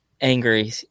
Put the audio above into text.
angry